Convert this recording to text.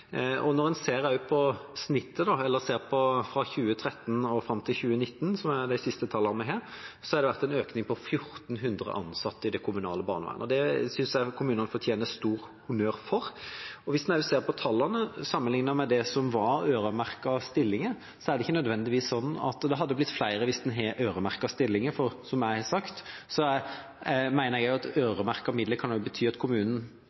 Når en ser på tallene fra 2013 og fram til 2019, som er de siste tallene vi har, har det vært en økning på 1 400 ansatte i det kommunale barnevernet. Det synes jeg kommunene fortjener stor honnør for. Hvis en også ser på tallene sammenlignet med det som var øremerkede stillinger, er det ikke nødvendigvis sånn at det hadde blitt flere hvis en hadde hatt øremerkede stillinger. Som jeg har sagt, mener jeg at øremerkede midler kan bety at kommunen